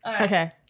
Okay